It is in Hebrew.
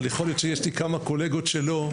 אבל יכול להיות שיש לי כמה קולגות שלא,